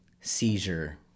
seizure